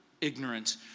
ignorance